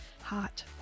Hot